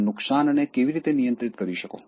તમે નુકસાનને કેવી રીતે નિયંત્રિત કરી શકો